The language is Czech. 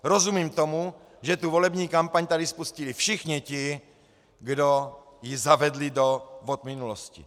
Rozumím tomu, že volební kampaň tady spustili všichni ti, kdo ji zavedli do vod minulosti.